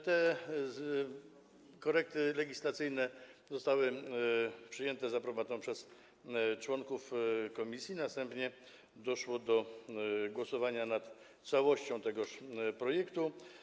Te korekty legislacyjne zostały przyjęte z aprobatą przez członków komisji, następnie doszło do głosowania nad całością tegoż projektu.